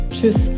Tschüss